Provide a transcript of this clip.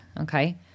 Okay